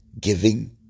giving